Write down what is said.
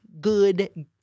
good